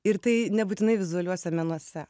ir tai nebūtinai vizualiuose menuose